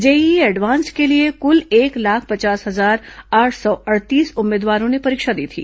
JEE advanced के लिए कुल एक लाख पचास हजार आठ सौ अड़तीस उम्मीदवारों ने परीक्षा दी थी